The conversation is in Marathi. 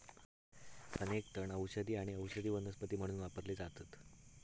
अनेक तण औषधी आणि औषधी वनस्पती म्हणून वापरले जातत